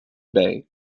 bay